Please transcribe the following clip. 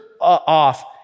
off